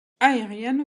aérienne